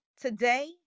today